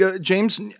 James